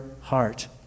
heart